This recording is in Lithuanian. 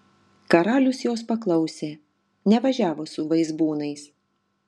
karalius jos paklausė nevažiavo su vaizbūnais